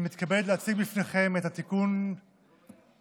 אני מתכבד להציג בפניכם את התיקון להצעת